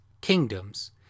kingdoms